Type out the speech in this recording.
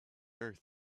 earth